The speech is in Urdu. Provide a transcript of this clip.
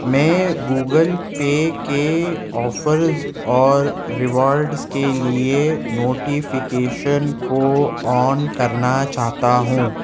میں گوگل پے کے آفرز اور ریوارڈس کے لیے نوٹیفکیشن کو آن کرنا چاہتا ہوں